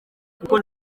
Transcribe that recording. kuko